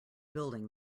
building